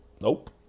nope